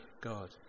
God